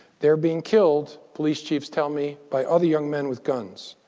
they're being killed, police chiefs tell me, by other young men with guns.